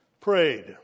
prayed